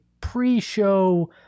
pre-show